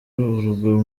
urwo